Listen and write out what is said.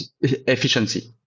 efficiency